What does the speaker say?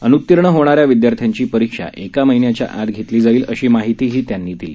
अनुत्तीर्ण होणा या विद्यार्थ्यांची परीक्षा एक महिन्याच्या आत घेतली जाईल अशी माहिती त्यांनी दिली